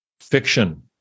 Fiction